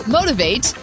Motivate